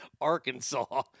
Arkansas